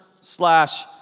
slash